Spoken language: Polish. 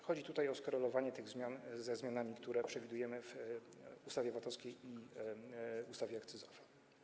Chodzi tutaj o skorelowanie tych zmian ze zmianami, które przewidujemy w ustawie VAT-owskiej i ustawie akcyzowej.